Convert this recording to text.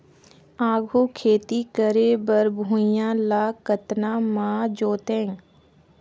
आघु खेती करे बर भुइयां ल कतना म जोतेयं?